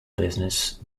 business